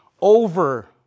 over